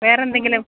വേറെ എന്തെങ്കിലും